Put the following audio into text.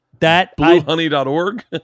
Bluehoney.org